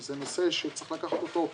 זה נושא שצריך לקחת אותו,